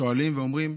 שואלים, ואומרים: